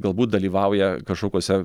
galbūt dalyvauja kažkokiuose